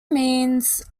means